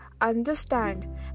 understand